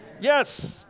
Yes